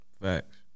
Facts